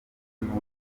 n’ubwo